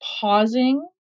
pausing